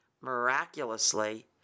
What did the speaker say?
miraculously